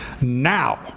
now